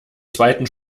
zweiten